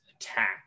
attack